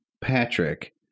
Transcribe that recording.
Patrick